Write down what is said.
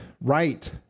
right